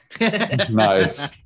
nice